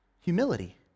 humility